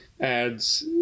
adds